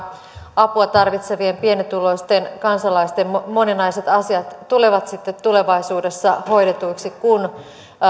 apua tarvitsevien pienituloisten kansalaisten moninaiset asiat tulevat sitten tulevaisuudessa hoidetuiksi kun